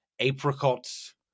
apricots